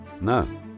No